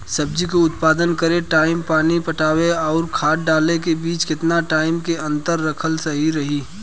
सब्जी के उत्पादन करे टाइम पानी पटावे आउर खाद डाले के बीच केतना टाइम के अंतर रखल सही रही?